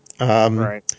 Right